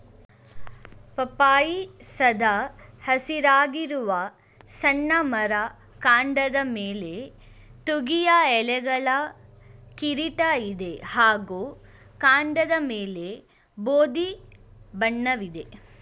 ಪಪ್ಪಾಯಿ ಸದಾ ಹಸಿರಾಗಿರುವ ಸಣ್ಣ ಮರ ಕಾಂಡದ ಮೇಲೆ ತುದಿಯ ಎಲೆಗಳ ಕಿರೀಟ ಇದೆ ಹಾಗೂ ಕಾಂಡದಮೇಲೆ ಬೂದಿ ಬಣ್ಣವಿದೆ